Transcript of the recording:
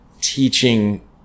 teaching